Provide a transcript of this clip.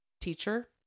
teacher